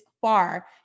far